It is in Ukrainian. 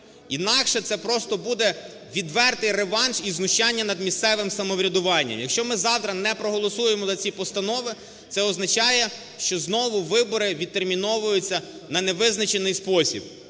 інакше це просто буде відвертий реванш і знущання над місцевим самоврядуванням. Якщо ми завтра не проголосуємо за ці постанови, це означає, що знову вибори відтерміновуються на невизначений спосіб.